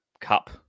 cup